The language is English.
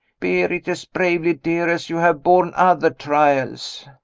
bear it as bravely, dear, as you have borne other trials.